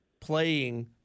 playing